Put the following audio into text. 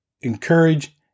encourage